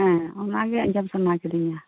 ᱦᱮᱸ ᱚᱱᱟ ᱜᱮ ᱟᱸᱡᱚᱢ ᱥᱟᱱᱟ ᱠᱤᱫᱤᱧᱟ